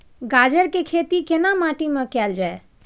गाजर के खेती केना माटी में कैल जाए?